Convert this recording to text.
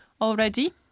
already